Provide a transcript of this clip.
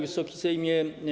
Wysoki Sejmie!